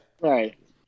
Right